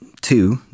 Two